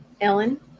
Ellen